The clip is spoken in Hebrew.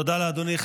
תודה לאדוני.